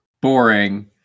boring